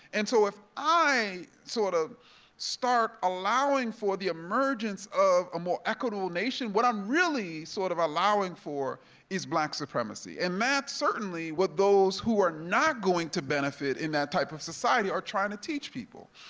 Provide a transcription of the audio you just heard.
and so if i sort of start allowing for the emergence of a more equitable nation, what i'm really sort of allowing for is black supremacy, and that's certainly what those who are not going to benefit in that type of society are trying to teach people.